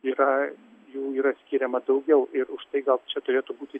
yra jų yra skiriama daugiau ir už tai gal čia turėtų būti